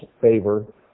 favor